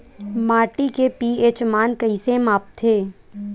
माटी के पी.एच मान कइसे मापथे?